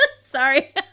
Sorry